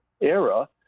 era